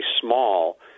small